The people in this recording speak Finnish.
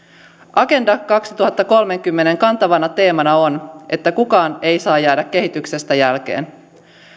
agenda kaksituhattakolmekymmentän kantavana teemana on että kukaan ei saa jäädä kehityksestä jälkeen